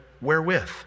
Wherewith